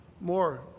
more